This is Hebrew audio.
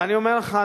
ואני אומר לך,